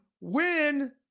win